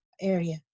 area